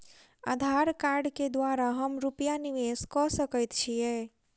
आधार कार्ड केँ द्वारा हम रूपया निवेश कऽ सकैत छीयै?